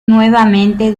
nuevamente